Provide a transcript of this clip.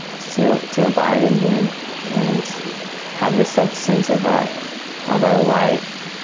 so to abide in him and have the substance of our of our life,